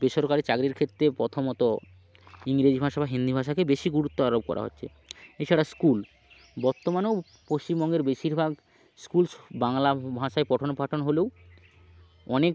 বেসরকারি চাকরির ক্ষেত্রে প্রথমত ইংরেজি ভাষা বা হিন্দি ভাষাকে বেশি গুরুত্ব আরোপ করা হচ্ছে এছাড়া স্কুল বর্তমানেও পশ্চিমবঙ্গের বেশিরভাগ স্কুল বাংলা ভাষায় পঠন পাঠন হলেও অনেক